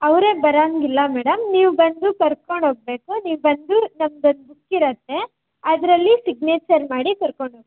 ಅವರೇ ಬರೋಂಗಿಲ್ಲ ಮೇಡಮ್ ನೀವು ಬಂದು ಕರ್ಕೊಂಡು ಹೋಗಬೇಕು ನೀವು ಬಂದು ನಮ್ಮದೊಂದು ಬುಕ್ ಇರತ್ತೆ ಅದರಲ್ಲಿ ಸಿಗ್ನೇಚರ್ ಮಾಡಿ ಕರ್ಕೊಂಡು ಹೋಗಬೇಕು